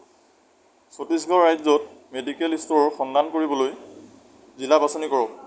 ছত্তীছগঢ় ৰাজ্যত মেডিকেল ষ্ট'ৰৰ সন্ধান কৰিবলৈ জিলা বাছনি কৰক